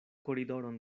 koridoron